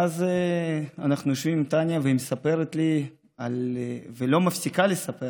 ואז אנחנו יושבים עם טניה והיא לא מפסיקה לספר